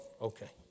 okay